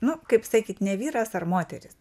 nu kaip sakyt ne vyras ar moteris